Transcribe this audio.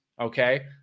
Okay